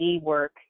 work